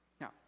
Now